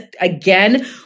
Again